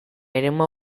eremu